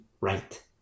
right